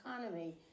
economy